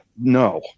no